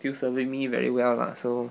still serving me very well lah so